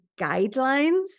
guidelines